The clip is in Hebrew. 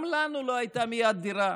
גם לנו לא הייתה מייד דירה,